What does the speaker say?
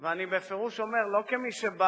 ואני בפירוש אומר, לא כמי שבא